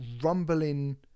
rumbling